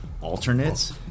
alternates